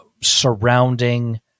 surrounding